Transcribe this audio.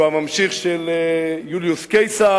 שהוא הממשיך של יוליוס קיסר.